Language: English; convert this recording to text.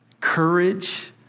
courage